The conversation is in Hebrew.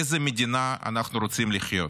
באיזו מדינה אנחנו רוצים לחיות?